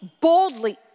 boldly